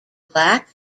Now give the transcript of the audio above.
black